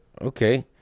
Okay